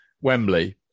Wembley